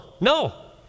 No